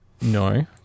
No